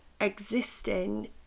existing